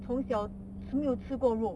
从小是没有吃过肉